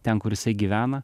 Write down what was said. ten kur jisai gyvena